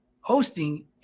hosting